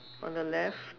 on the left